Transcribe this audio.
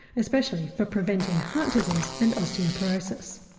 especially for preventing heart disease and osteoporosis.